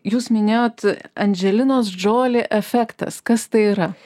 jūs minėjot andželikos džoli efektas kas tai yra